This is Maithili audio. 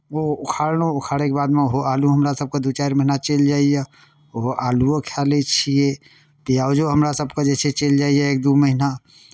ओ उखाड़लहुँ उखाड़यके बादमे ओहो आलू हमरासभके दू चारि महीना चलि जाइए ओहो आलूओ खा लै छियै प्याजो हमरासभके जे छै चलि जाइए एक दू महीना